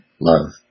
love